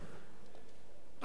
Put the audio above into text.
אדוני היושב-ראש,